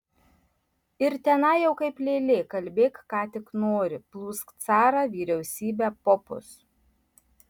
ir tenai jau kaip lėlė kalbėk ką tik nori plūsk carą vyriausybę popus